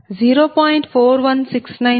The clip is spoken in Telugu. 4173 p